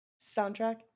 soundtrack